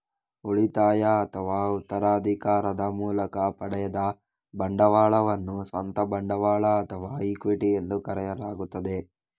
ಉಳಿತಾಯ ಅಥವಾ ಉತ್ತರಾಧಿಕಾರದ ಮೂಲಕ ಪಡೆದ ಬಂಡವಾಳವನ್ನು ಸ್ವಂತ ಬಂಡವಾಳ ಅಥವಾ ಇಕ್ವಿಟಿ ಎಂದು ಕರೆಯಲಾಗುತ್ತದೆ